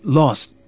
lost